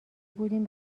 بودیم